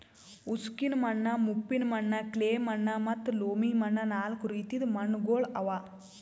ಉಸುಕಿನ ಮಣ್ಣ, ಉಪ್ಪಿನ ಮಣ್ಣ, ಕ್ಲೇ ಮಣ್ಣ ಮತ್ತ ಲೋಮಿ ಮಣ್ಣ ನಾಲ್ಕು ರೀತಿದು ಮಣ್ಣುಗೊಳ್ ಅವಾ